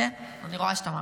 כן, אני רואה שאתה מאמין.